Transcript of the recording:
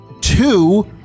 two